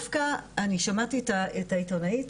אני שמעתי את העיתונאית,